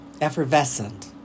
Effervescent